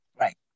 Right